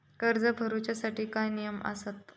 कर्ज भरूच्या साठी काय नियम आसत?